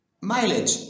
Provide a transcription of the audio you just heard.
mileage